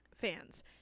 fans